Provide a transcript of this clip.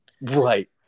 Right